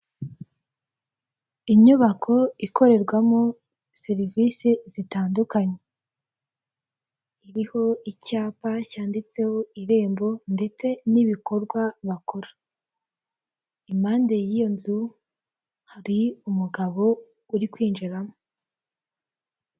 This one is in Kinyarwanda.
Inyubako ikorerwamo serivise zitandukanye. Iriho icyapa cyanditseho Irembo ndetse n'ibikorwa bakora. Impande y'iyo nzu hari umugabo uri kwinjiramo.